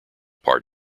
part